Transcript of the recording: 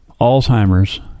alzheimer's